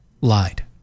lied